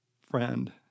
friend